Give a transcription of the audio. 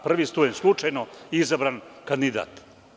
Prvi student, slučajno izabran kandidat.